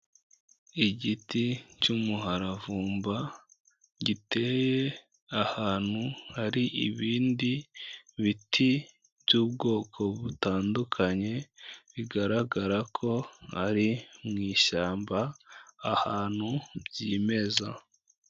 Igiti cy'umuharavumba giteye ahantu hari ibindi biti by'ubwoko butandukanye, bigaragara ko ari mu ishyamba ahantu byimeza.